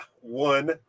one